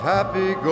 Happy